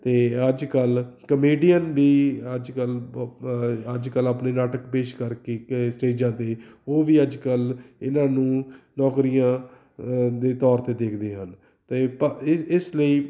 ਅਤੇ ਅੱਜ ਕੱਲ੍ਹ ਕਮੇਡੀਅਨ ਵੀ ਅੱਜ ਕੱਲ੍ਹ ਪ ਅੱਜ ਕੱਲ੍ਹ ਆਪਣੇ ਨਾਟਕ ਪੇਸ਼ ਕਰਕੇ ਸਟੇਜਾਂ 'ਤੇ ਉਹ ਵੀ ਅੱਜ ਕੱਲ੍ਹ ਇਹਨਾਂ ਨੂੰ ਨੌਕਰੀਆਂ ਦੇ ਤੌਰ 'ਤੇ ਦੇਖਦੇ ਹਨ ਅਤੇ ਪ ਇ ਇਸ ਲਈ